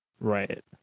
right